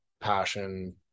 passion